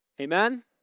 Amen